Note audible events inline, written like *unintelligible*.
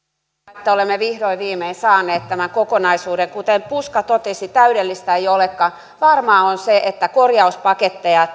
että olemme vihdoin viimein saaneet tämän kokonaisuuden kuten puska totesi täydellistä ei olekaan varmaa on se että korjauspaketteja *unintelligible*